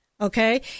Okay